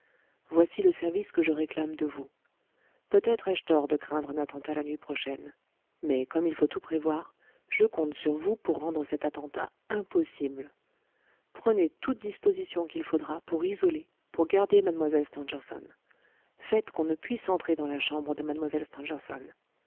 voici le service que je réclame de vous peut-être ai-je tort de craindre un attentat la nuit prochaine mais comme il faut tout prévoir je compte sur vous pour rendre cet attentat impossible prenez toutes dispositions pour isoler pour garder mlle stangerson faites qu'on ne puisse entrer dans la chambre de